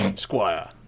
Squire